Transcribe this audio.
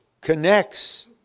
connects